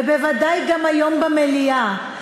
בוודאי גם היום במליאה,